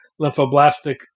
lymphoblastic